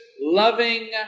loving